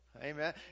Amen